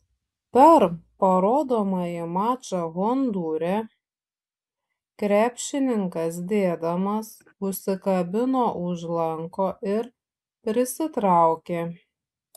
per parodomąjį mačą hondūre krepšininkas dėdamas užsikabino už lanko ir prisitraukė